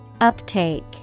Uptake